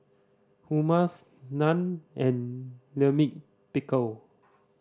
Hummus Naan and Lime Pickle